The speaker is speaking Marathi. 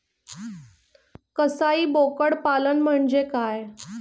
कसाई बोकड पालन म्हणजे काय?